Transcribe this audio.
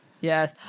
Yes